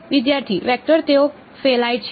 વિદ્યાર્થી વેક્ટર તેઓ ફેલાય છે